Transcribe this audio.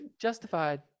justified